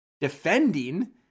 defending